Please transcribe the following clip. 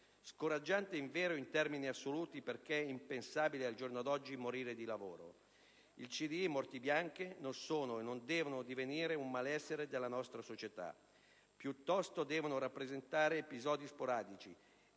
scoraggiante, invero, in termini assoluti perché è impensabile al giorno d'oggi morire di lavoro: le cosiddette morti bianche non sono e non devono divenire un malessere della nostra società; piuttosto, devono rappresentare episodi sporadici,